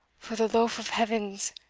for the lofe of heavens,